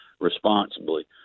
responsibly